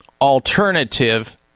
alternative